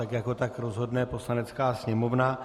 Tak jako tak rozhodne Poslanecká sněmovna.